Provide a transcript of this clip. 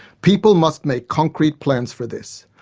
people must make concrete plans for this.